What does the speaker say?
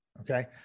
Okay